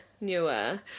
Newer